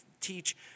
teach